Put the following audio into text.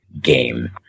game